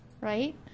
Right